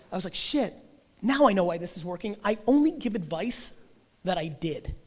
i was like shit now i know why this is working, i only give advice that i did.